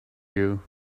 you